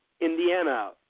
Indiana